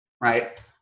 right